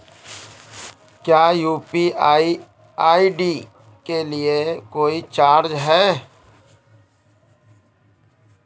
क्या UPI ID के लिए कोई चार्ज है?